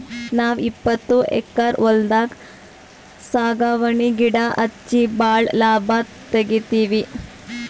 ನಾವ್ ಇಪ್ಪತ್ತು ಎಕ್ಕರ್ ಹೊಲ್ದಾಗ್ ಸಾಗವಾನಿ ಗಿಡಾ ಹಚ್ಚಿ ಭಾಳ್ ಲಾಭ ತೆಗಿತೀವಿ